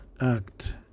act